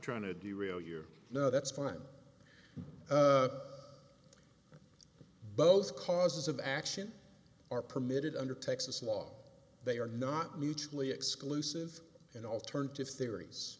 trying to derail you know that's fine but those causes of action are permitted under texas law they are not mutually exclusive and alternative theories